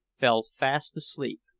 fell fast asleep.